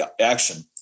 action